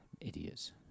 Idiots